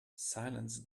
silence